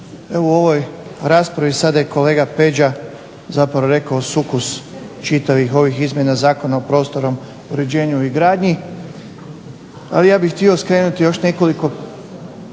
u ovoj raspravi zapravo je gospodin Peđa rekao sukus čitavih ovih izmjena Zakona o prostornom uređenju i gradnji ali ja bih htio skrenuti na nekoliko